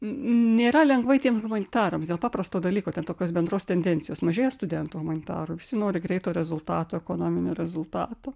nėra lengvai tiems humanitarams dėl paprasto dalyko ten tokios bendros tendencijos mažėja studentų humanitarų visi nori greito rezultato ekonominio rezultato